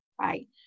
right